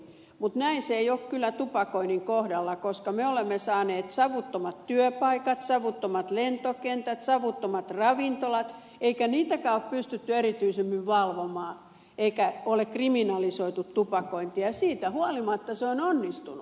mutta näin se ei ole kyllä tupakoinnin kohdalla koska me olemme saaneet savuttomat työpaikat savuttomat lentokentät savuttomat ravintolat eikä niitäkään ole pystytty erityisemmin valvomaan eikä ole kriminalisoitu tupakointia ja siitä huolimatta se on onnistunut